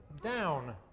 down